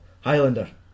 Highlander